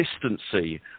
consistency